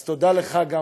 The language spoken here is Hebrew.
אז תודה גם לך,